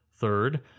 Third